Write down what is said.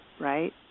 right